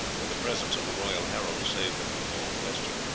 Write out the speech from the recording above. but the presence of the royal herald saved them from all question.